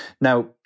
Now